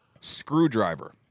Screwdriver